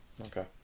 Okay